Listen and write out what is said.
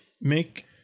Make